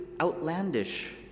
outlandish